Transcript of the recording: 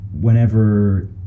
whenever